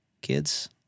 kids